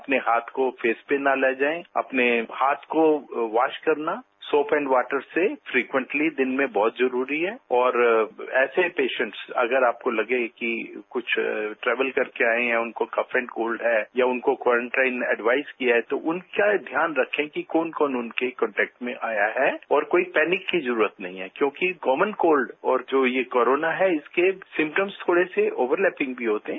अपने हाथ को फेस पर न ले जाएं अपने हाथ को वॉश करना शोप एंड वॉटर से फ्रीक्वेंटली दिन में बहत जरूरी है और ऐसे पेशेन्ट्स अगर आपको लगे कि कुछ ट्रेवल करके आएं हैं या उनको कफ एंड कोल्ड है या उनको क्वारंट टाइम एडवाइज किया है तो उनका ध्यान रखें कि कौन कौन उनके कांन्ट्रेक्ट में आया है और कोई पैनिक की जरूरत नहीं है क्योंकि कॉमन कोल्ड और जो ये कोरोना है उसके सिमटम्स थोड़े से ओवर लेपिंग भी होते हैं